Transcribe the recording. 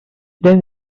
then